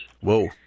Whoa